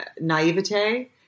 naivete